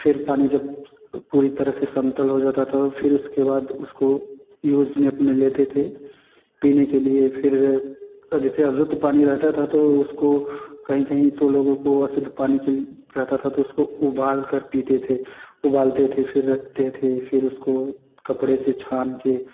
फ़िर पानी जब पूरी तरह से समतल हो जाता था फ़िर उसके बाद उसको यूज में अपने लेते थे पीने के लिए फ़िर जैसे अशुद्ध पानी रहता था तो उसको कहीं कहीं लोगों को अशुद्ध पानी रहता था तो उसको उबालकर पीते थे उबालते थे फ़िर रखते थे फ़िर उसको कपड़े से छानकर